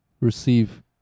receive